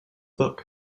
book